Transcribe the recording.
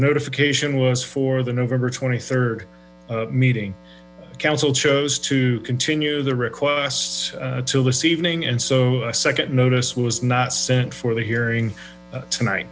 notification was for the november twenty third meeting council chose to continue the requests to this evening and so a second notice was not sent for the hearing tonight